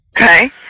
Okay